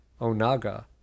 onaga